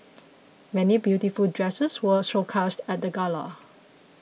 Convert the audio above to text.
many beautiful dresses were showcased at the gala